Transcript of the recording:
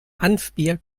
hanfbier